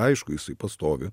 aišku jisai pastovi